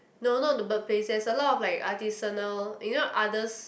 no not the bird place there's a lot of like artisanal you know udders